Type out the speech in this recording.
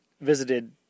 visited